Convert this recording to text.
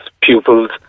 pupils